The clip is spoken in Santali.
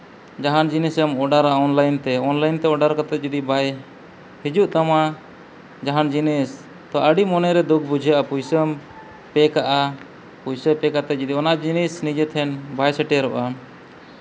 ᱡᱟᱦᱟᱱ ᱡᱤᱱᱤᱥᱮᱢ ᱚᱰᱟᱨᱟ ᱚᱱᱞᱟᱭᱤᱱ ᱛᱮ ᱚᱱᱞᱟᱭᱤᱱ ᱛᱮ ᱚᱰᱟᱨ ᱠᱟᱛᱮᱫ ᱡᱩᱫᱤ ᱵᱟᱭ ᱦᱤᱡᱩᱜ ᱛᱟᱢᱟ ᱡᱟᱦᱟᱱ ᱡᱤᱱᱤᱥ ᱛᱳ ᱟᱹᱰᱤ ᱢᱚᱱᱮᱨᱮ ᱫᱩᱠᱷ ᱵᱩᱡᱷᱟᱹᱜᱼᱟ ᱯᱩᱭᱥᱟᱹᱢ ᱯᱮᱹ ᱠᱟᱜᱼᱟ ᱯᱩᱭᱥᱟᱹ ᱯᱮᱹ ᱠᱟᱛᱮᱫ ᱡᱩᱫᱤ ᱚᱱᱟ ᱡᱤᱱᱤᱥ ᱱᱤᱡᱮ ᱴᱷᱮᱱ ᱵᱟᱭ ᱥᱮᱴᱮᱨᱚᱜᱼᱟ